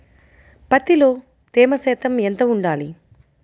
పత్తిలో తేమ శాతం ఎంత ఉండాలి?